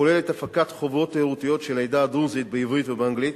הכוללת הפקת חוברות תיירותיות של העדה הדרוזית בעברית ובאנגלית,